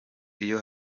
iyo